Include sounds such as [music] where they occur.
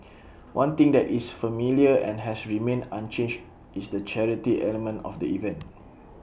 [noise] one thing that is familiar and has remained unchanged is the charity element of the event